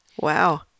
Wow